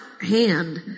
hand